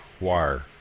wire